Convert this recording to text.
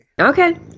okay